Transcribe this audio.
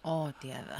o dieve